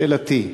שאלתי: